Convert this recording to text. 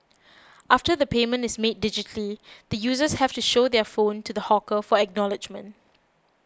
after the payment is made digitally the users have to show their phone to the hawker for acknowledgement